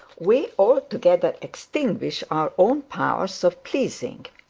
we altogether extinguish our own powers of pleasing.